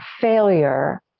failure